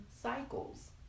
Cycles